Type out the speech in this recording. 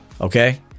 okay